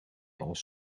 als